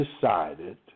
decided